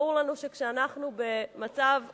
ברור לנו שכשאנחנו במצב חירום,